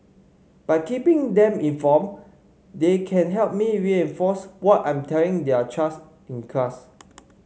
by keeping them informed they can help me reinforce what I'm telling their child's in class